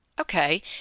Okay